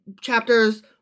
chapters